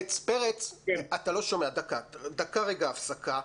אתה לא שומע, דקה רגע הפסקה,